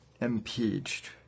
impeached